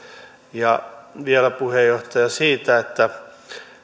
ja vielä puheenjohtaja siitä että